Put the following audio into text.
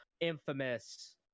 Infamous